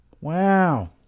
Wow